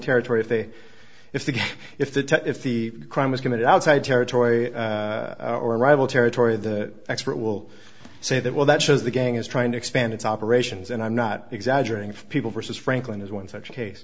territory if they if the if the if the crime was committed outside territory or rival territory the expert will say that well that shows the gang is trying to expand its operations and i'm not exaggerating for people versus franklin is one such